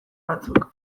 batzuk